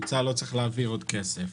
לא צריך להעביר עוד כסף.